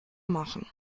machen